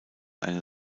eine